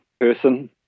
person